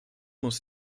muss